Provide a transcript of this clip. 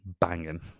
banging